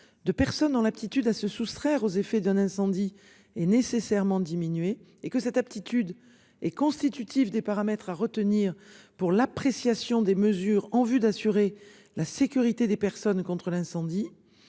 de personnes dans l'aptitude à se soustraire aux effets d'un incendie est nécessairement diminuer et que cette aptitude. Et constitutif des paramètres à retenir pour l'appréciation des mesures en vue d'assurer la sécurité des personnes contre l'incendie.